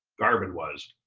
garvin was,